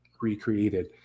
recreated